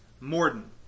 Morden